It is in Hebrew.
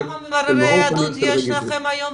כמה מבררי יהדות יש לכם היום?